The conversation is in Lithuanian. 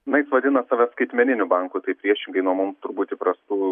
na jis vadina save skaitmeniniu banku tai priešingai nuo mums turbūt įprastų